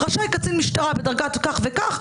רשאי קצין משטרה בדרגת כך וכך,